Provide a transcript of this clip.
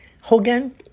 Hogan